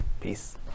Peace